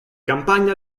campagne